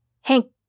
Hank